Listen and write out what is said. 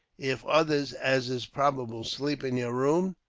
if others, as is probable, sleep in your room,